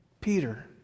Peter